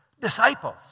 Disciples